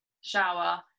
shower